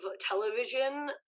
television